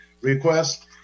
request